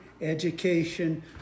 education